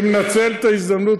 אני מנצל את ההזדמנות,